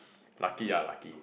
lucky ah lucky